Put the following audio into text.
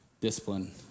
discipline